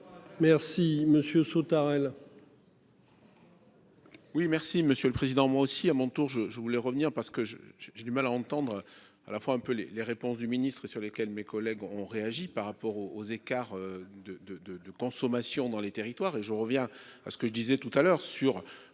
Merci monsieur Sautarel.